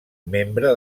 membre